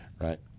right